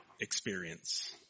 experience